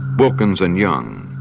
wilkins and young,